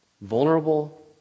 vulnerable